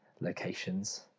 locations